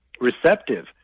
receptive